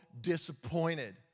disappointed